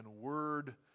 word